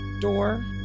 door